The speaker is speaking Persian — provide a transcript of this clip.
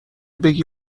بگی